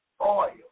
Oil